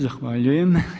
Zahvaljujem.